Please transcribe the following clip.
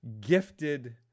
gifted